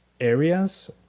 areas